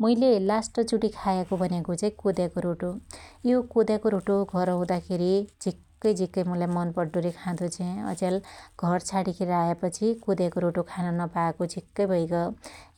मुईले लास्ट चुटि खायाको भन्याको चाइ कोद्याको रोटो । यो कोद्याको रोटो घर हुदाखेरी झिक्कै झीक्कै मुलाई मन पड्डो रे खादो छ्या अज्याल घरछाडी खेर आयापछि कोद्याको रोटो खान नपायाको झिक्कै भैग